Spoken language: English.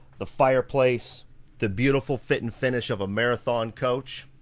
the fireplace the beautiful. fit and finish of a marathon coach.